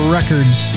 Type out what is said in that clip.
Records